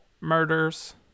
murders